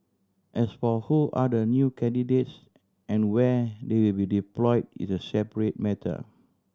as for who are the new candidates and where they be deployed is a separate matter